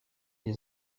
des